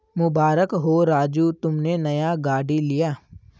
मुबारक हो राजू तुमने नया गाड़ी लिया